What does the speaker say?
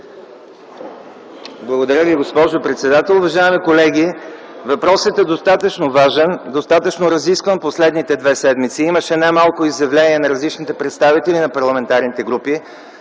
Благодаря Ви, госпожо председател. Уважаеми колеги, въпросът е достатъчно важен, достатъчно разискван в последните две седмици. Имаше немалко изявления на различните представители на парламентарните групи,